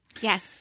Yes